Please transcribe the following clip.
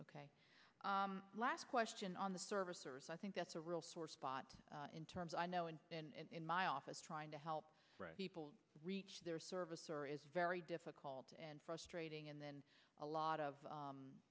ok last question on the service i think that's a real sore spot in terms i know and in my office trying to help people reach their service or is very difficult and frustrating and then a lot of